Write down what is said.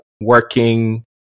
working